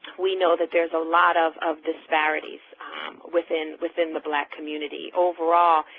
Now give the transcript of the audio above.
we know that there's a lot of of disparities within within the black community. overall,